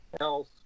else